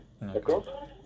d'accord